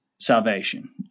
Salvation